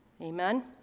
Amen